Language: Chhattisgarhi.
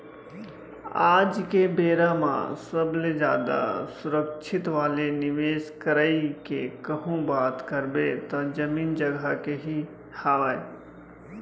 आज के बेरा म सबले जादा सुरक्छित वाले निवेस करई के कहूँ बात करबे त जमीन जघा के ही हावय